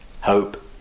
hope